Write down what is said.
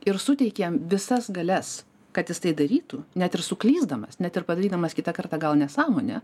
ir suteiki jam visas galias kad jis tai darytų net ir suklysdamas ne tik padarydamas kitą kartą gal nesąmonę